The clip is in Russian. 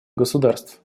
государств